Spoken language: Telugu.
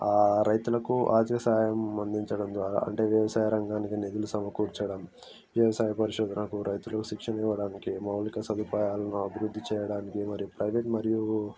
రైతులకు ఆర్థిక సాయం అందించడం ద్వారా అంటే వ్యవసాయ రంగానికి నిధులు సమకూర్చడం వ్యవసాయ పరిశోధనకు రైతులకు శిక్షణ ఇవ్వడానికి మౌలిక సదుపాయాలను అభివృద్ధి చేయడానికి మరియు ప్రైవేట్ మరియు